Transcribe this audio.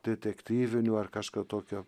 detektyvinių ar kažką tokio